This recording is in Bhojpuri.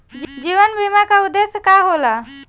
जीवन बीमा का उदेस्य का होला?